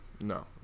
no